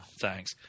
thanks